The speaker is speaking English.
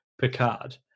Picard